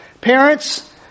Parents